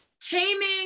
taming